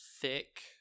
thick